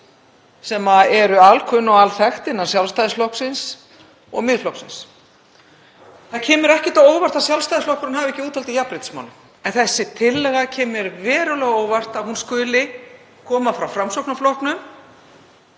sem eru alkunna og alþekkt innan Sjálfstæðisflokksins og Miðflokksins. Það kemur ekkert á óvart að Sjálfstæðisflokkurinn hafi ekki úthald í jafnréttismálum en þessi tillaga kemur mér verulega á óvart, að hún skuli koma frá Framsóknarflokknum